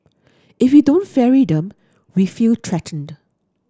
if we don't ferry them we feel threatened